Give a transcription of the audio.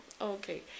okay